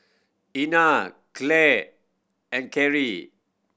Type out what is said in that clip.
Ina Clare and Carie